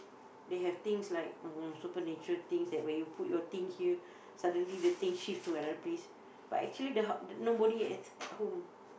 they have things like uh supernatural things when you put your thing here suddenly the thing shift to another place but actually the house nobody at at home